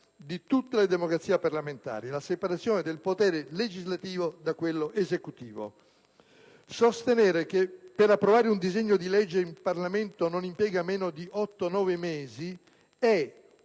di tutte le democrazie parlamentari, ovvero la separazione del potere legislativo da quello esecutivo. Sostenere che per approvare un disegno di legge il Parlamento non impiega meno di otto-nove mesi è